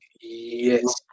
Yes